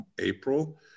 April